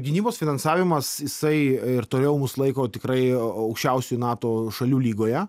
gynybos finansavimas jisai ir toliau mus laiko tikrai aukščiausių nato šalių lygoje